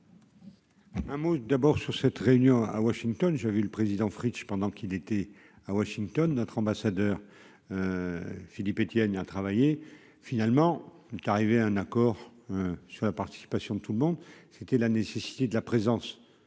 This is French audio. Un mot d'abord sur cette réunion à Washington, j'ai vu le président Fritsch pendant qu'il était à Washington, notre ambassadeur Philippe Étienne a travaillé, finalement, il est arrivé à un accord sur la participation de tout le monde, c'était la nécessité de la présence